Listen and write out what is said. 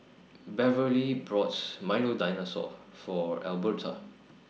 Beverley brought Milo Dinosaur For Alberta